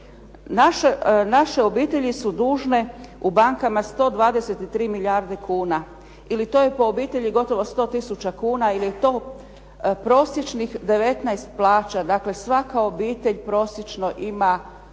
Naše obitelji su dužne u bankama 123 milijarde kuna, ili to je po obitelji gotovo 100 tisuća kuna ili je to prosječnih 19 plaća, dakle svaka obitelj prosječno ima,